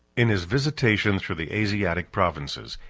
in his visitation through the asiatic provinces,